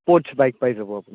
sports bike পাই যাব আপুনি